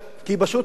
כי פשוט מאוד,